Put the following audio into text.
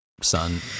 son